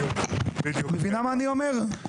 את מבינה מה אני אומר?